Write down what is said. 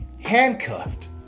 handcuffed